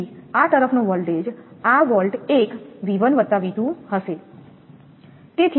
તેથી આ તરફનો વોલ્ટેજ આ વોલ્ટ એક 𝑉1 𝑉2 હશે